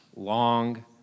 Long